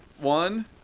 one